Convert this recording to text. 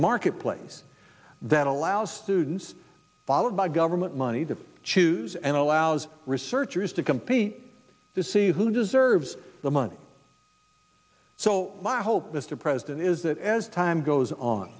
marketplace that allow students followed by government money to choose and allows researchers to compete to see who deserves the money so my hope mr president is that as time goes on